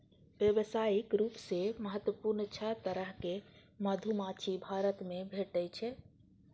व्यावसायिक रूप सं महत्वपूर्ण छह तरहक मधुमाछी भारत मे भेटै छै